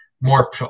more